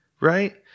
right